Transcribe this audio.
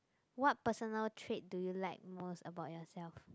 what personal trait do you like most about yourself